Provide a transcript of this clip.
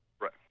Right